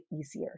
easier